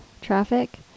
Traffic